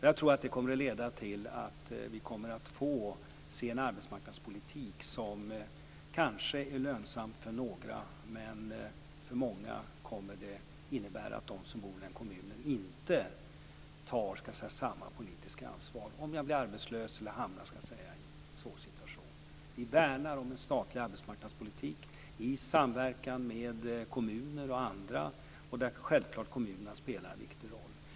Jag tror att det kommer att leda till att vi får se en arbetsmarknadspolitik som kanske är lönsam för några, men som många gånger kommer att innebära att de som bor i kommunen inte tar samma politiska ansvar om någon blir arbetslös eller hamnar i en svår situation. Vi värnar om en statlig arbetsmarknadspolitik i samverkan med kommuner och andra, där kommunerna självfallet spelar en viktig roll.